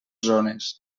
zones